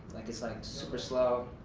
like it's like super slow.